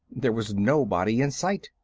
there was nobody in sight.